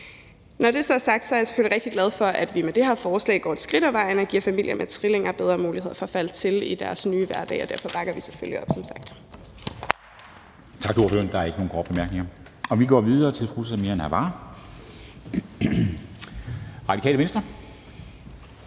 Når det så er sagt, er jeg selvfølgelig rigtig glad for, at vi med det her forslag går et skridt ad vejen og giver familier med trillinger bedre muligheder for at falde til i deres nye hverdag, og derfor bakker vi som sagt